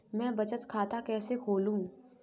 मैं बचत खाता कैसे खोलूं?